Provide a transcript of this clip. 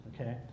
okay